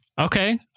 Okay